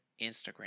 Instagram